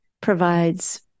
provides